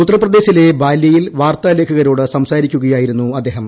ഉത്തർപ്രദേശിലെ ബാല്യയിൽ വാർത്താലേഖകരോട് സംസാരിക്കുകയായിരുന്നു അദ്ദേഹം